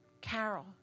Carol